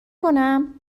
کنم